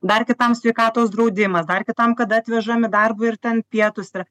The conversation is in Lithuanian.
dar kitam sveikatos draudimas dar kitam kada atvežami darbui ir ten pietūs yra